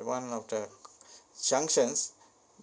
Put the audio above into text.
one of the junctions